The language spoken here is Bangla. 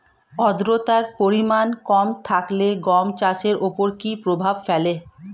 আদ্রতার পরিমাণ কম থাকলে গম চাষের ওপর কী প্রভাব ফেলে?